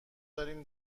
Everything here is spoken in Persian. داریم